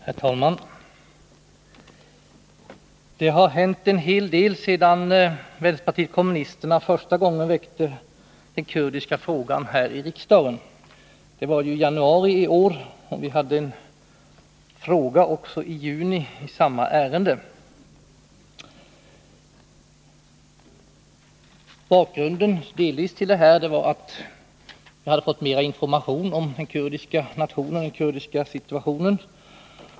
Herr talman! Det har hänt en hel del sedan vänsterpartiet kommunisterna första gången väckte den kurdiska frågan här i riksdagen. Det var i januari i år, och vi ställde i juni en fråga i samma ärende. Bakgrunden till detta var bl.a. att vi hade fått mer information om den kurdiska situationen.